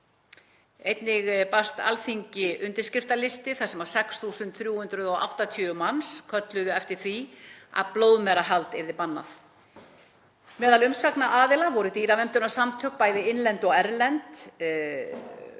Einnig barst Alþingi undirskriftalisti þar sem 6.380 manns kölluðu eftir því að blóðmerahald yrði bannað. Meðal umsagnaraðila voru dýraverndunarsamtök, bæði innlend og